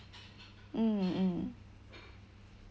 mm mm